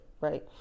right